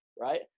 right